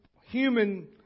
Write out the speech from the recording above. human